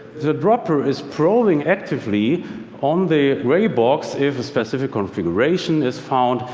the dropper is prowling actively on the gray box if a specific configuration is found,